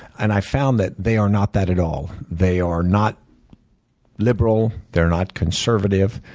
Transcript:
and i found that they are not that at all. they are not liberal, they're not conservative.